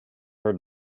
her